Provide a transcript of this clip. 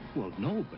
well, no, but